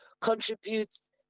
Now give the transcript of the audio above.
contributes